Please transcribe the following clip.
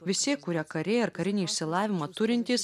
visi kurie kariai ar karinį išsilavinimą turintys